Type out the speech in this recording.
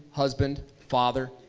husband, father,